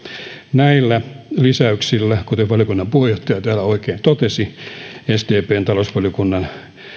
näillä lisäyksillä kuten valiokunnan puheenjohtaja täällä oikein totesi sdpn talousvaliokunnan